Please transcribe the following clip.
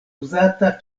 uzata